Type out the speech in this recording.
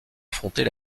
affronter